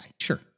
Sure